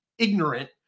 Ignorant